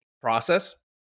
Process